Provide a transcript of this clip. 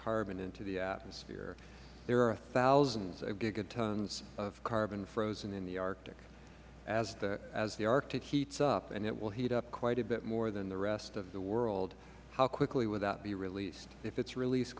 carbon into the atmosphere there are thousands of gigatons of carbon frozen in the arctic as the arctic heats up and it will heat up quite a bit more than the rest of the world how quickly would that be released if it is release